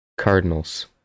cardinals